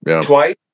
twice